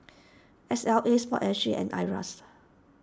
S L A Sport S G and Iras